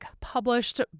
published